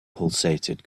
pulsated